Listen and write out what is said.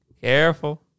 Careful